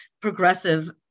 progressive